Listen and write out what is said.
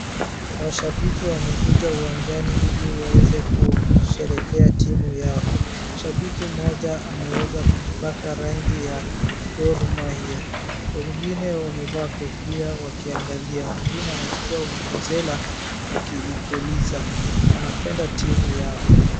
Washabiki wamekuja uwanjani ili waweze kusherehekea timu yao. Shabiki mmoja ameweza kujipaka rangi ya Gor Mahia. Wengine wamevaa kofia wakiangalia. Mwingine anachukua vuvuzela akiipiliza. Wanapenda timu yao.